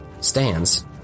stands